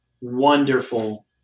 wonderful